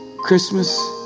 Christmas